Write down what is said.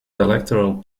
electoral